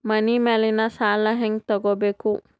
ಮನಿ ಮೇಲಿನ ಸಾಲ ಹ್ಯಾಂಗ್ ತಗೋಬೇಕು?